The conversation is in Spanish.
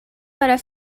para